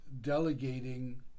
delegating